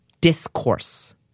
discourse